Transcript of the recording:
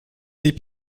tes